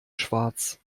schwarz